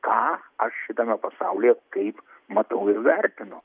ką aš šitame pasaulyje kaip matau ir vertinu